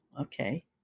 Okay